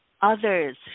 Others